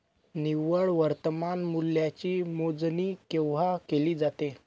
निव्वळ वर्तमान मूल्याची मोजणी केव्हा केली जाते?